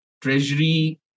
Treasury